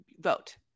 vote